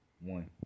one